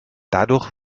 dadurch